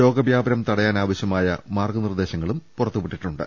രോഗ വ്യാപനം തടയാനാവശ്യമായ മാർഗ്ഗ നിർദ്ദേശങ്ങളും പുറത്തുവിട്ടിട്ടുണ്ട്